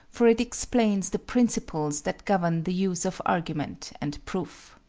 for it explains the principles that govern the use of argument and proof.